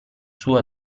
suo